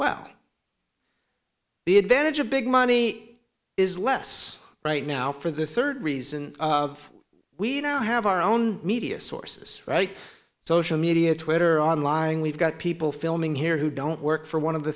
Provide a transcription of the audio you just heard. well the advantage of big money is less right now for the third reason we now have our own media sources right social media twitter on lying we've got people filming here who don't work for one of the